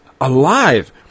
alive